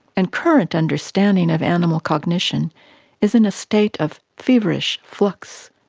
and current understanding of animal cognition is in a state of feverish flux.